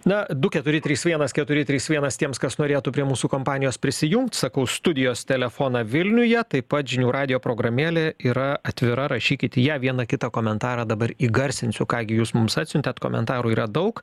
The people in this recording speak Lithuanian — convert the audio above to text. na du keturi trys vienas keturi trys vienas tiems kas norėtų prie mūsų kompanijos prisijungt sakau studijos telefoną vilniuje taip pat žinių radijo programėlė yra atvira rašykit į ją vieną kitą komentarą dabar įgarsinsiu ką gi jūs mums atsiuntėt komentarų yra daug